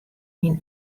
myn